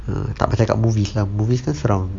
mm tak boleh cakap movies lah movies kan surround